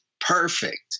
perfect